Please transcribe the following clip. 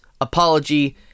apology